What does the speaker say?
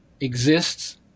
exists